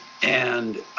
and